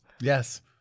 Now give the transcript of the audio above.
Yes